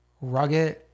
rugged